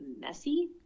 messy